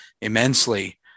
immensely